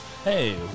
Hey